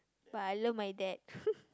but I love my dad